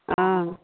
অঁ